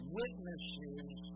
witnesses